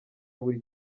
buri